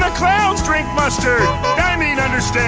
ah clowns drink mustard! i mean